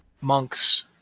Monks